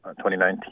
2019